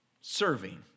Serving